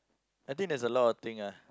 I think there's a lot of thing ah